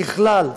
ככלל,